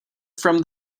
from